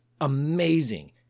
amazing